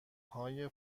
های